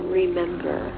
remember